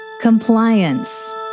Compliance